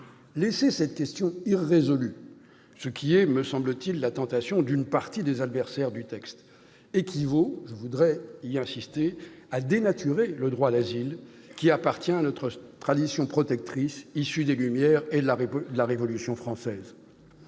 Laisser cette question irrésolue, ce qui me semble être la tentation d'une partie des adversaires du texte, équivaut- j'y insiste -à dénaturer le droit d'asile, qui appartient à notre tradition protectrice issue des Lumières et de la Révolution française.